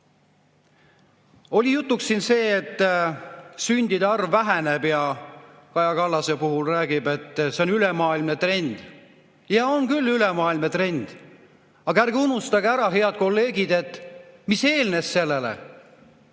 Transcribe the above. oli jutuks see, et sündide arv väheneb, ja Kaja Kallas räägib, et see on ülemaailmne trend. Jaa, on küll ülemaailmne trend, aga ärge unustage, head kolleegid, mis eelnes sellele.